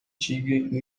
tigre